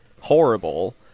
horrible